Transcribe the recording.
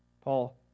Paul